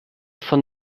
von